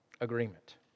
agreement